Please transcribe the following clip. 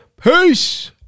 Peace